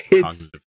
Cognitive